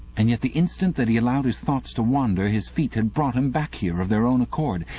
and yet the instant that he allowed his thoughts to wander, his feet had brought him back here of their own accord.